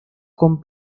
con